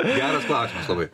geras klausimas labai